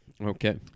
Okay